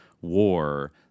war